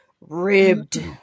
ribbed